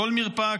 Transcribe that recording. בכל מרפאה,